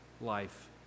life